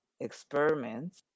experiments